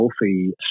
healthy